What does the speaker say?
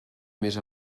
més